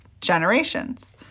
Generations